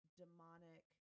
demonic